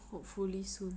hopefully soon